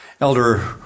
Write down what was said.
Elder